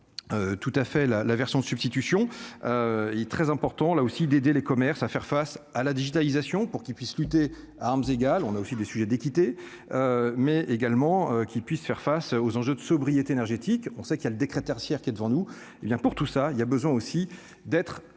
encore tout à fait la la version de substitution, il est très important, là aussi, d'aider les commerces à faire face à la digitalisation pour qu'il puisse lutter à armes égales, on a aussi des sujet d'équité mais également qui puisse faire face aux enjeux de sobriété énergétique, on sait qu'il y a le décret tertiaire qui est devant nous, hé bien, pour tout ça il y a besoin aussi d'être